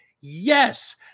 Yes